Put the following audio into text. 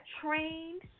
trained